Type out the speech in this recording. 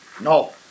No